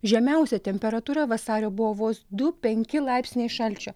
žemiausia temperatūra vasario buvo vos du penki laipsniai šalčio